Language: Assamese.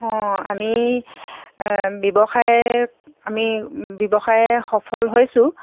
অঁ আমি ব্যৱসায় আমি ব্যৱসায়ত সফল হৈছোঁ